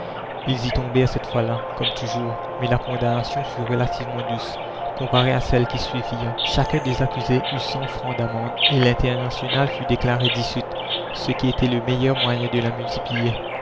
ils y tombèrent cette fois-là comme toujours mais la condamnation fut relativement douce comparée à celles qui suivirent chacun des accusés eut cent francs d'amende et l'internationale fut déclarée dissoute ce qui était le meilleur moyen de la multiplier